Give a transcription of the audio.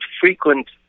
frequent